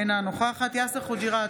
אינה נוכחת יאסר חוג'יראת,